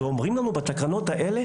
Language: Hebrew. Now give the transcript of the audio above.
אומרים לנו בתקנות האלה